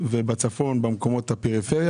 ובצפון ביישובי הפריפריה.